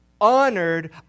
honored